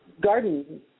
garden